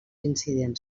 incident